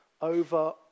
over